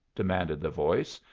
demanded the voice,